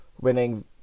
winning